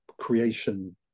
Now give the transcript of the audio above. creation